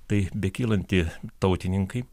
tai bekylanti tautininkai